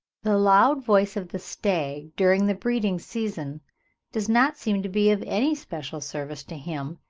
the loud voice of the stag during the breeding-season does not seem to be of any special service to him,